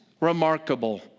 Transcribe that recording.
remarkable